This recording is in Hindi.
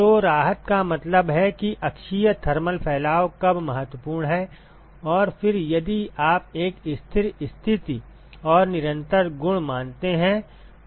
तो राहत का मतलब है कि अक्षीय थर्मल फैलाव कब महत्वपूर्ण है और फिर यदि आप एक स्थिर स्थिति और निरंतर गुण मानते हैं